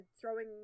throwing